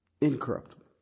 Incorruptible